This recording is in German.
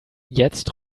jetzt